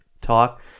talk